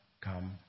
come